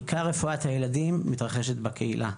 עיקר רפואת הילדים מתרחשת בקהילה.